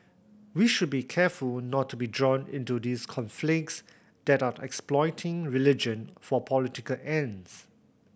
we should be careful not to be drawn into these conflicts that are the exploiting religion for political ends